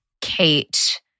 Kate